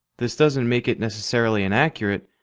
this doesn't make it necessarily inaccurate,